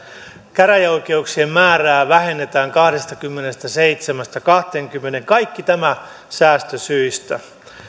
käräjäoikeuksien määrää vähennetään kahdestakymmenestäseitsemästä kahteenkymmeneen kaikki tämä säästösyistä